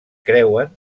creuen